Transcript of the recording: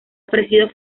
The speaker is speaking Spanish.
ofrecido